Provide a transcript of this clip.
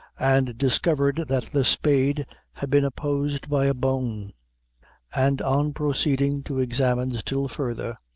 and discovered that the spade had been opposed by a bone and on proceeding to examine still further,